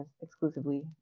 exclusively